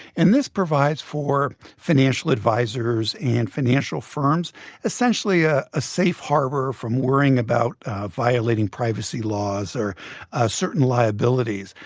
and this provides for financial advisers and financial firms essentially ah a safe harbor from worrying about violating privacy laws or ah certain liabilities,